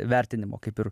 vertinimo kaip ir